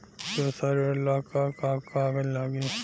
व्यवसाय ऋण ला का का कागज लागी?